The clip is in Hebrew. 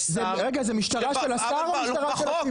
רגע זה משטרה של השר או משטרה של הציבור?